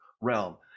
realm